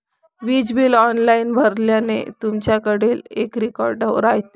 वीज bill online भरल्याने, तुमच्याकडेही एक रेकॉर्ड राहते